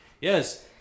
Yes